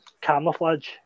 camouflage